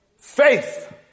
Faith